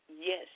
Yes